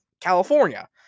California